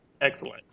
Excellent